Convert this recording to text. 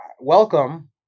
welcome